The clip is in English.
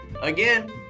Again